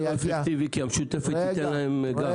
זה לא אפקטיבי כי המשותפת תיתן להם גב.